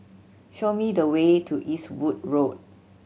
show me the way to Eastwood Road